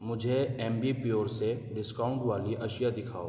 مجھے ایمبی پیوئر سے ڈسکاؤنٹ والی اشیاء دکھاؤ